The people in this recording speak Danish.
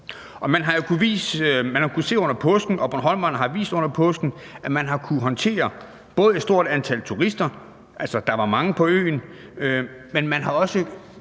Man har jo kunnet se under påsken, og bornholmerne har vist under påsken, at man har kunnet håndtere et stort antal turister – der var mange på øen – men man har også